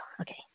Okay